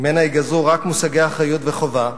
שממנה ייגזרו רק מושגי אחריות וחובה,